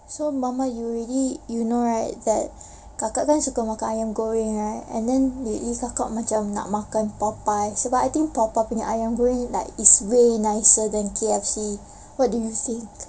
so mama you already you know right that kakak kan suka makan ayam goreng right and then lately kakak macam makan popeyes sebab I think popeyes punya ayam goreng is way nicer than K_F_C what do you think